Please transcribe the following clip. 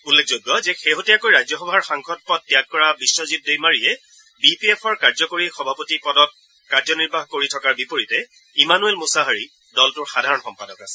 উল্লেখযোগ্য যে শেহতীয়াকৈ ৰাজ্যসভাৰ সাংসদ পদ ত্যাগ কৰা বিশ্বজিৎ দৈমাৰীয়ে বি পি এফৰ কাৰ্যকৰী সভাপতি পদত কাৰ্যনিৰ্বাহ কৰি থকাৰ বিপৰীতে ইমানুৱেল মুছাহাৰী দলটোৰ সাধাৰণ সম্পাদক আছিল